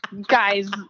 Guys